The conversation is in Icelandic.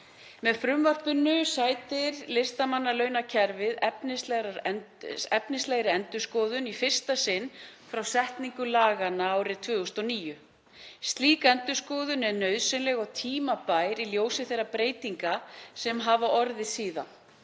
Með frumvarpinu sætir listamannalaunakerfið efnislegri endurskoðun í fyrsta sinn frá setningu laganna árið 2009. Slík endurskoðun er nauðsynleg og tímabær í ljósi þeirra breytinga sem hafa orðið síðan,